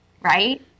right